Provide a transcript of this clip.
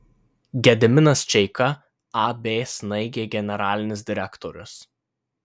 gediminas čeika ab snaigė generalinis direktorius